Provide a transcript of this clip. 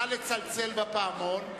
נא לצלצל בפעמון.